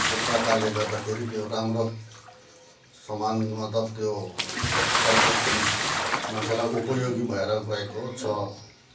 एक प्रकारले गर्दाखेरि त्यो राम्रो सामान मतलब त्यो ट्याक्टर चिज मान्छेलाई उपयोगी भएर गएको छ